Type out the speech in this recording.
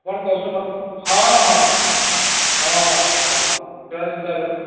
ଆପଣ କଷ୍ଟମର ହଁ ହଁ ହଁ ହିସାବରେ